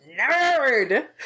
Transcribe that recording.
Nerd